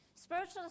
Spiritual